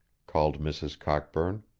called mrs. cockburn.